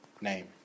name